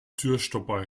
türstopper